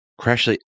Crashly